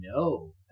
no